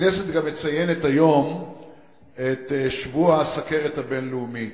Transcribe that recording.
הכנסת גם מציינת היום את שבוע הסוכרת הבין-לאומי,